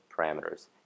parameters